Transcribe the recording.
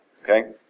Okay